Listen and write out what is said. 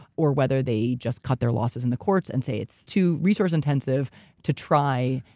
or whether they just cut their losses in the courts and say it's too resource intensive to try,